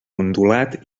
ondulat